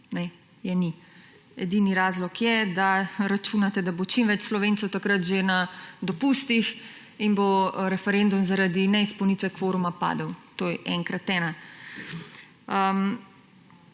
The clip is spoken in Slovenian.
je ni! Edini razlog je, da računate, da bo čim več Slovencev takrat že na dopustih in bo referendum zaradi neizpolnitve kvoruma padel. To je enkrat ena.